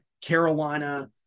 Carolina